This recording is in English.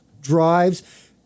drives